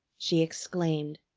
she exclaimed,